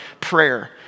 prayer